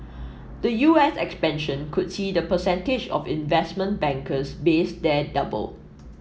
the U S expansion could see the percentage of investment bankers based there double